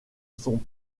son